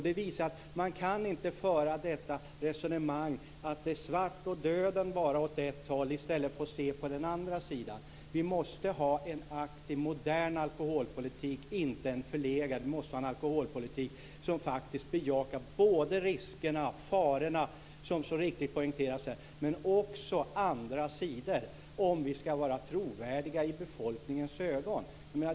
Det visar att man inte kan föra detta resonemang och säga att det är svart och döden bara åt ett håll, i stället för att se på den andra sidan. Vi måste ha en aktiv modern alkoholpolitik - inte en förlegad. Vi måste ha en alkholpolitik som faktiskt bejakar både riskerna och farorna, som så riktigt poängteras här, och andra sidor om vi ska vara trovärdiga i befolkningens ögon.